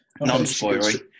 Non-spoilery